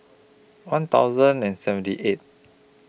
one thousand and seventy eight